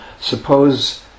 Suppose